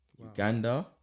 Uganda